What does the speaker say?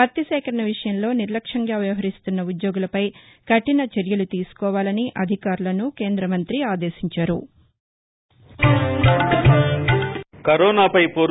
పత్తి సేకరణ విషయంలో నిర్లక్ష్యంగా వ్యవహరిస్తున్న ఉద్యోగులపై కఠిన చర్యలు తీసుకోవాలని అధికారులను కేంద్రమంతి ఆదేశించారు